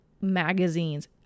magazines